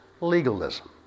legalism